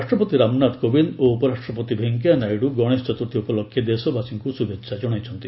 ରାଷ୍ଟ୍ରପତି ରାମନାଥ କୋବିନ୍ଦ ଓ ଉପରାଷ୍ଟ୍ରପତି ଭେଙ୍କିୟାନାଇଡୁ ଗଣେଶ ଚତୁର୍ଥୀ ଉପଲକ୍ଷେ ଦେଶବାସୀଙ୍କୁ ଶୁଭେଚ୍ଛା ଜଣାଇଛନ୍ତି